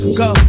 go